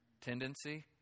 tendency